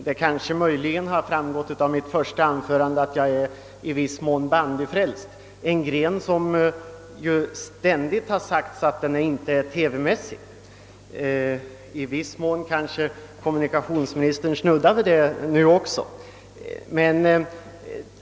Som kanske framgår av mitt första anförande är jag i viss mån bandyfrälst. Bandy har ständigt utpekats såsom en inte TV-mässig gren; kommunikationsministern snuddade också vid den saken.